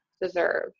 deserve